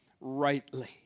rightly